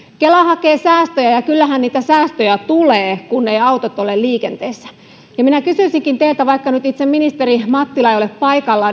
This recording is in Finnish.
kela hakee säästöjä ja kyllähän niitä säästöjä tulee kun eivät autot ole liikenteessä minä kysyisinkin teiltä vaikka nyt itse ministeri mattila ei ole paikalla